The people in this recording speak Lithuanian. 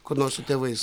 kur nors su tėvais